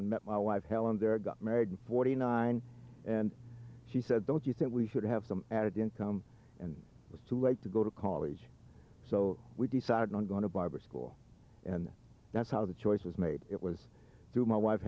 and met my wife helen there got married in forty nine and she said don't you think we should have some added income and it was too late to go to college so we decided on going to barber school and that's how the choice was made it was to my wife